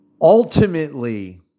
ultimately